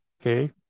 okay